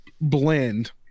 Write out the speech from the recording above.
blend